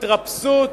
התרפסות,